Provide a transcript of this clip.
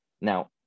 Now